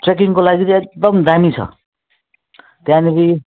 ट्रेकिङको लागि चाहिँ एकदम दामी छ त्यहाँदेखि